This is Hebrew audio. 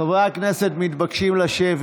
חברי הכנסת מתבקשים לשבת.